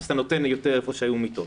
אז אתה נותן יותר איפה שהיו מיטות.